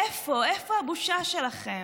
איפה, איפה הבושה שלכם?